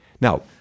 Now